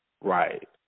right